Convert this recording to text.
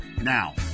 Now